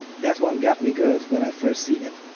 that one got me good when i've first seen it.